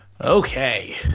Okay